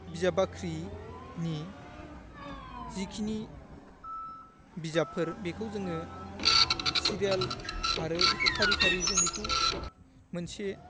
बिजाब बाख्रिनि जिखिनि बिजाबफोर बेखौ सिरियाल आरो बेखौ फारि फारि जों बेखौ मोनसे